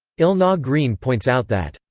elna green points out that,